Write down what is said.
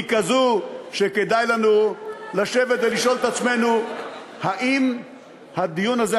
היא כזאת שכדאי לנו לשבת ולשאול את עצמנו האם הדיון הזה,